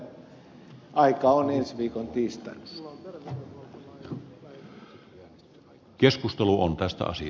kannatan sitä että aika on ensi viikon tiistaina